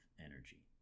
energy